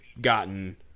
gotten